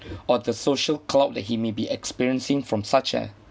or the social cloud that he may be experiencing from such a